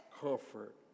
comfort